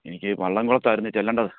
എനിക്ക് വള്ളംകുളത്തായിരുന്നു ചെല്ലേണ്ടത്